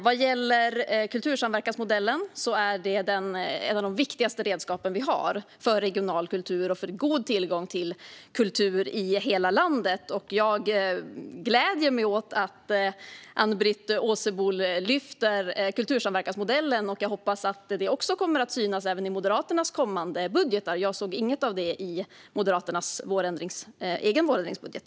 Vad gäller kultursamverkansmodellen är det ett av de viktigaste redskapen vi har för regional kultur och för god tillgång till kultur i hela landet. Jag gläder mig åt att Ann-Britt Åsebol lyfter kultursamverkansmodellen, och jag hoppas att det också kommer att synas i Moderaternas kommande budgetar. Jag såg dock inget av det i Moderaternas egen vårändringsbudget.